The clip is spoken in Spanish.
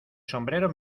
sombrero